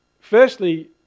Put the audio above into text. Firstly